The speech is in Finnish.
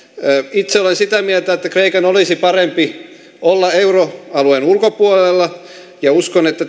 itse olen sitä mieltä että kreikan olisi parempi olla euroalueen ulkopuolella ja uskon että